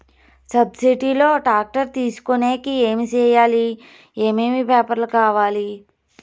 Subsidy లో tractor తీసుకొనేకి ఏమి చేయాలి? ఏమేమి పేపర్లు కావాలి?